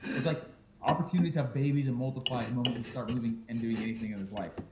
it's like opportunities have babies and multiply the moment you start moving and doing anything in this life.